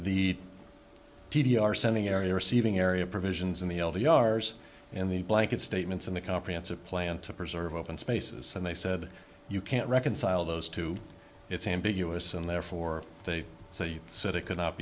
the d d r sending area receiving area provisions in the old yars and the blanket statements in the comprehensive plan to preserve open spaces and they said you can't reconcile those two it's ambiguous and therefore they say that it cannot